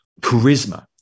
charisma